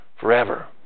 forever